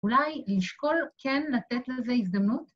אולי לשקול כן לתת לזה הזדמנות?